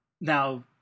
now